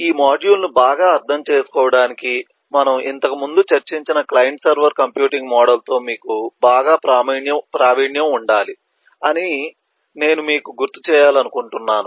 ఈ మాడ్యూల్ను బాగా అర్థం చేసుకోవడానికి మనము ఇంతకుముందు చర్చించిన క్లయింట్ సర్వర్ కంప్యూటింగ్ మోడల్తో మీకు బాగా ప్రావీణ్యం ఉండాలి అని నేను మీకు గుర్తు చేయాలనుకుంటున్నాను